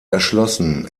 erschlossen